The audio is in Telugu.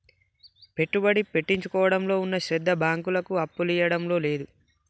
పెట్టుబడి పెట్టించుకోవడంలో ఉన్న శ్రద్ద బాంకులకు అప్పులియ్యడంల లేదు